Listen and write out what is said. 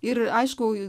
ir aišku